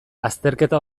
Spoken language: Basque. azterketa